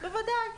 כולם --- בוודאי.